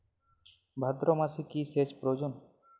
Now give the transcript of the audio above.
ভাদ্রমাসে কি সেচ প্রয়োজন?